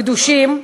גדושים,